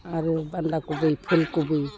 आरो बान्दा खबि फुल खबि